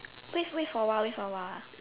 wait wait for a while wait for a while